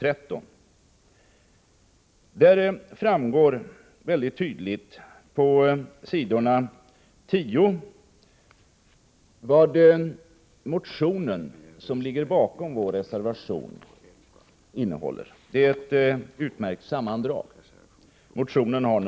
I betänkandet framgår tydligt på s. 10 vad motionen, nr 3165, som ligger bakom reservationen innebär — det är en utmärkt sammanfattning.